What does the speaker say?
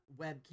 webcam